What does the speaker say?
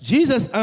Jesus